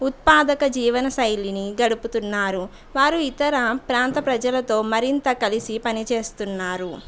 ఉత్పాదక జీవన శైలిని గడుపుతున్నారు వారు ఇతర ప్రాంత ప్రజలతో మరింత కలసి పనిచేస్తున్నారు